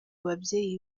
babyeyi